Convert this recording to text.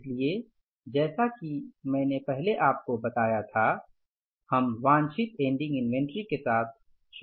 इसलिए जैसा कि मैंने पहले आपको बताया था हम वांछित एंडिंग इन्वेंटरी के साथ शुरू करते हैं